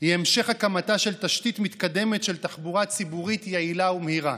היא המשך הקמתה של תשתית מתקדמת של תחבורה ציבורית יעילה ומהירה.